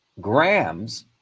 grams